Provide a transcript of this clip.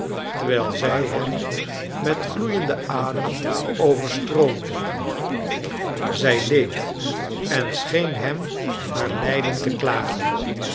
terwijl zij hem met gloeienden adem overstroomde zij leed en scheen hem haar lijden te klagen